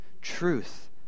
truth